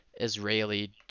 Israeli